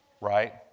Right